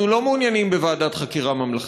אנחנו לא מעוניינים בוועדת חקירה ממלכתית,